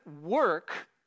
work